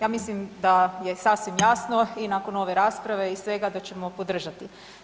Ja mislim da je sasvim jasno i nakon ove rasprave, iz svega da ćemo podržati.